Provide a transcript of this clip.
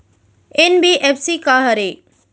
NBFC का हरे?